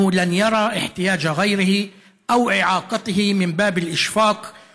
הוא לא רואה את הצורך או המוגבלות של זולתו מתוך רחמים,